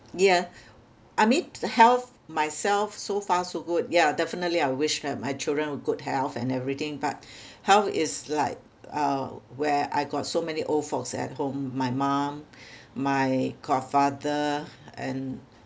yeah I mean health myself so far so good ya definitely I wish that my children will good health and everything but health is like uh where I got so many old folks at home my mum my godfather and